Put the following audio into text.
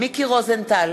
מיקי רוזנטל,